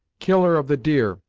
killer of the deer,